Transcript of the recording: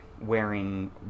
wearing